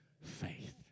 faith